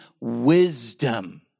wisdom